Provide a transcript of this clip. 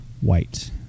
white